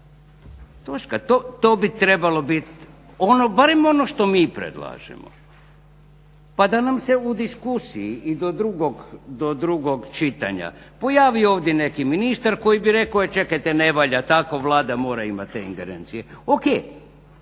točka. To bi trebalo biti barem ono što mi predlažemo pa da nam se u diskusiji i do drugog čitanja pojavi ovdje neki ministar koji bi rekao e čekajte ne valja tako Vlada mora imati te ingerencije. O.k.